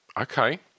okay